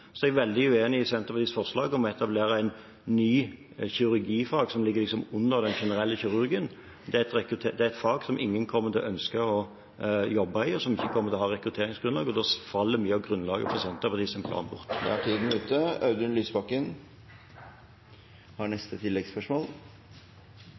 Så er jeg veldig uenig i Senterpartiets forslag om å etablere et nytt kirurgifag som ligger liksom under den generelle kirurgien. Det er et fag som ingen kommer til å ønske å jobbe i, og som ikke kommer til å ha rekrutteringsgrunnlag, og da faller mye av grunnlaget for Senterpartiets plan bort. Audun Lysbakken – til oppfølgingsspørsmål. Tidligere i år antydet helseministeren at grunnlaget for